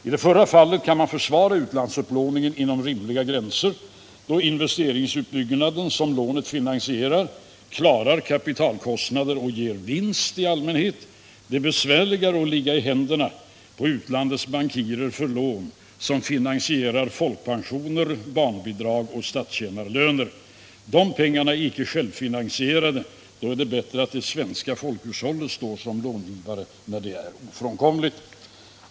I det förra fallet kan man försvara utlandsupplåningen inom rimliga gränser, eftersom investeringsutbyggnaden, som lånet finansierar, klarar kapitalkostnader och ger vinst i allmänhet. Det är besvärligare att ligga i händerna på utlandets bankirer för lån som finansierar folkpensioner, barnbidrag och statstjänarlöner. De pengarna är inte självfinansierande. Då är det bättre att det svenska folkhushållet står såsom långivare, när så är ofrånkomligt.